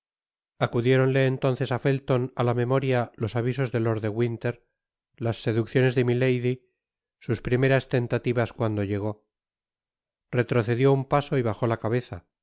acudiéronle entonces á felton á la memoria los avisos de lord de winter las seducciones de milady sus primeras tentativas cuando llegó retrocedió un paso y bajó la cabeza